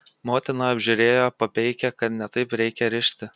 motina apžiūrėjo papeikė kad ne taip reikia rišti